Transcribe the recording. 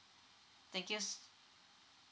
thank you